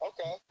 Okay